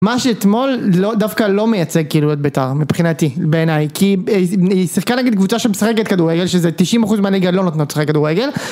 מה שאתמול דווקא לא מייצג כאילו את בית"ר, מבחינתי, בעיניי כי היא שיחקה נגד קבוצה שמשחקת כדורגל שזה 90% מהליגה לא נותנות לשחק כדורגל